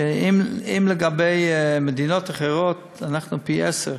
שגם לעומת מדינות אחרות, אנחנו פי-עשרה